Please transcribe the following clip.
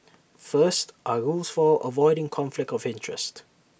first our rules for avoiding conflict of interest